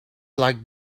like